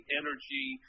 energy